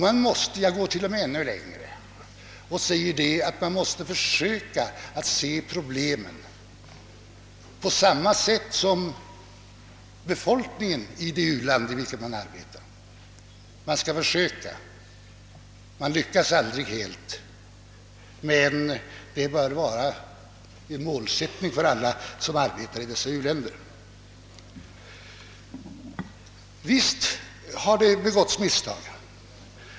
Man måste — jag går till och med ännu längre — försöka att se problemen på samma sätt som befolkningen i det u-land i vilket man arbetar. Man skall försöka. Man lyckas aldrig helt, men det bör vara en målsättning för alla som arbetar i u-länderna. Visst har det begåtts misstag.